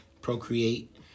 procreate